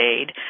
aid